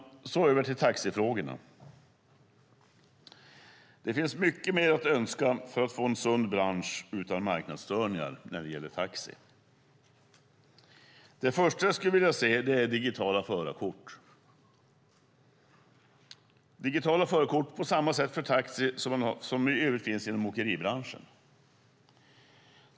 Så över till taxifrågorna. Här finns mycket mer att önska för att få en sund bransch utan marknadsstörningar. Det första jag skulle vilja se är digitala förarkort för taxi på samma sätt som finns i övrigt inom åkeribranschen.